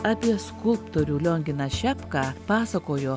apie skulptorių lionginą šepką pasakojo